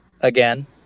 again